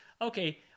Okay